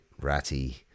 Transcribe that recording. Ratty